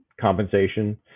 compensation